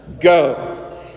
Go